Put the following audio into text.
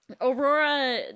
Aurora